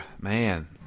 man